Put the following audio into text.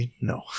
no